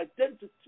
identity